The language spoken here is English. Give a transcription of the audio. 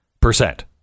percent